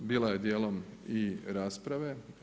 Bila je dijelom i rasprave.